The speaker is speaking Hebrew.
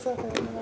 (ב)